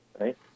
right